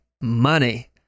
money